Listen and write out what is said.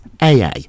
AA